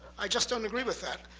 i just don't agree with that.